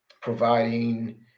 providing